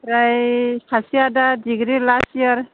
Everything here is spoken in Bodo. ओमफ्राय सासेया दा डिग्रि लास्ट इयार